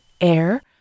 air